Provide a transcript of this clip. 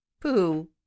pooh